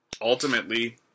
ultimately